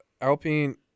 Alpine